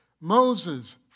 Moses